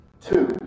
Two